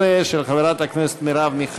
אני קובע כי ההצעה של חבר הכנסת מסעוד גנאים